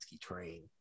train